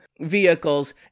vehicle's